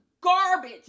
garbage